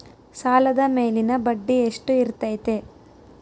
ಸಾಲದ ಮೇಲಿನ ಬಡ್ಡಿ ಎಷ್ಟು ಇರ್ತೈತೆ?